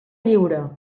lliure